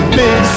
big